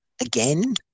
again